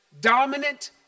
dominant